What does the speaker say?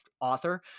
author